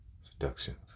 seductions